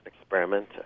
experiment